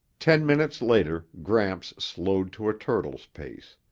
ten minutes later, gramps slowed to a turtle's pace.